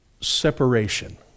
separation